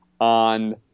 on